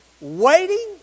waiting